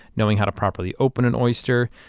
knowing how to properly open an oyster,